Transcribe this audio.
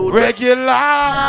regular